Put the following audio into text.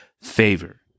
favor